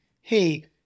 hey